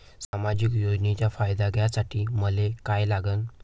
सामाजिक योजनेचा फायदा घ्यासाठी मले काय लागन?